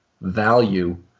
value